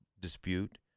dispute